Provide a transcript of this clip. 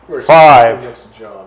Five